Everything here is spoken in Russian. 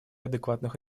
адекватных